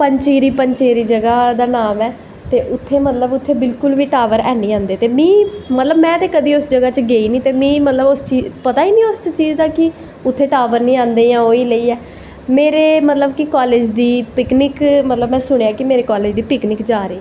पंचैरी पंचैरी जगह् दा नांऽ ऐ ते उत्थें मतलव कि टॉवर हैनी आंदे ते में पर में कदैं उस जगाह् पर गेई नी पर मीं पता गै नी उस चीज़ दा कि उत्थें टॉवर नी आंदे जां ओह् एह् जेही ऐ मेरे मतलव कालेज़ दी में सुनेंआ कि मेरे कालेज़ दी पिकनिक जा दी